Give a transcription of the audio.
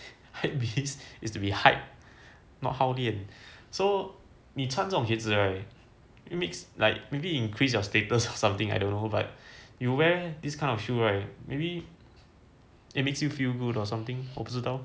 hypebeast is to be hype not hao lian so 你穿这种鞋子 right it makes like maybe increase your status or something I don't know but you wear this kind of shoe right maybe it makes you feel good or something 我不知道